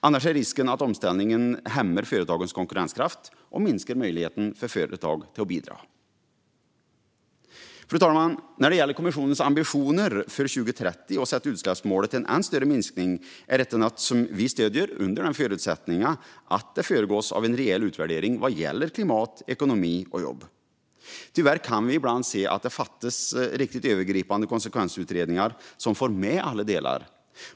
Annars är risken att omställningen hämmar företagens konkurrenskraft och minskar möjligheterna för företagen att bidra. Fru talman! När det gäller kommissionens ambitioner för 2030 att sätta utsläppsmålet till en än större minskning är detta något som vi stöder under förutsättning att det föregås av en rejäl utvärdering vad gäller klimat, ekonomi och jobb. Tyvärr kan vi ibland se att det fattas riktigt övergripande konsekvensutredningar som får med alla delar.